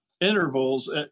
intervals